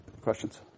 questions